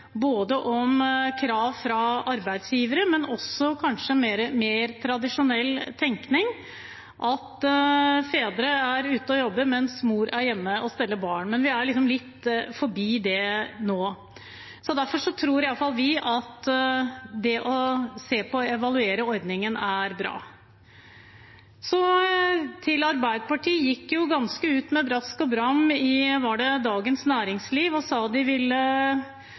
både om krav fra arbeidsgivere og kanskje om mer tradisjonell tenkning – at fedre er ute og jobber, mens mor er hjemme og steller barn – men vi er forbi det nå. Derfor tror i hvert fall vi at det å se på og evaluere ordningen er bra. Så til Arbeiderpartiet, som jo gikk ut med brask og bram – det var vel i Dagens Næringsliv – og sa de